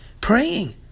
praying